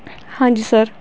ਹਾਂਜੀ ਸਰ